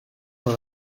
dans